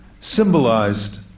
symbolized